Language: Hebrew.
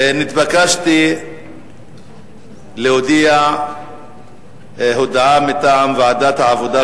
נתבקשתי להודיע הודעה מטעם ועדת העבודה,